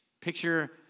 Picture